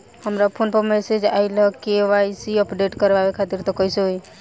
हमरा फोन पर मैसेज आइलह के.वाइ.सी अपडेट करवावे खातिर त कइसे होई?